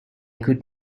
could